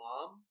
Mom